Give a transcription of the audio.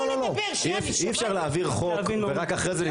אי אפשר להעביר חוק ורק אחרי זה לבדוק את הפתרונות.